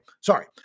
sorry